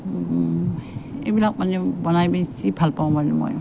এইবিলাক মানে বনাই বেছি ভাল পাওঁ মানে মই